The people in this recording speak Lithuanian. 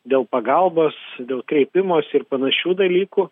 dėl pagalbos dėl kreipimosi ir panašių dalykų